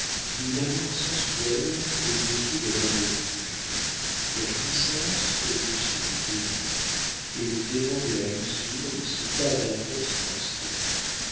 l'amour sensuel au-dessus de l'amour pur la jouissance au-dessus du désir et le démon de la luxure lui souffla d'atroces pensées